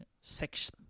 sex